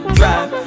drive